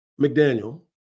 McDaniel